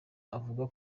avuga